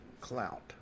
clout